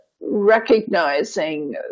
recognizing